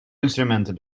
instrumenten